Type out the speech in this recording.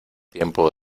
tiempo